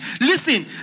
Listen